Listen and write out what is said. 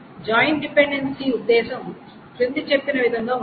join dependency ఉద్దేశం క్రింది చెప్పిన విధం గా ఉంటుంది